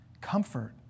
comfort